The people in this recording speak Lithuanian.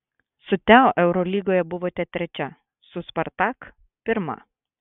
su teo eurolygoje buvote trečia su spartak pirma